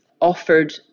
offered